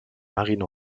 marine